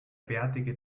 bärtige